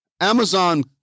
Amazon